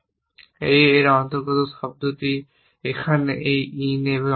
এই এর অন্তর্গত শব্দটি এখানে এই এবং ইন এর অন্তর্গত